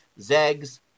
Zegs